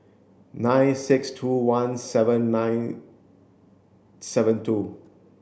nine six two one seven nine seven two